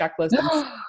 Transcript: checklist